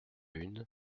une